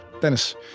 Dennis